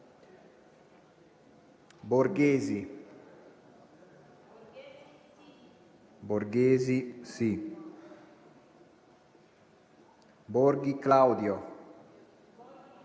Borghese, Borghesi, Borghi Claudio,